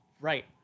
right